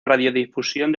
radiodifusión